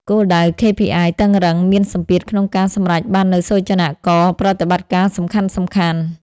គោលដៅ KPI តឹងរ៉ឹង មានសម្ពាធក្នុងការសម្រេចបាននូវសូចនាករប្រតិបត្តិការសំខាន់ៗ។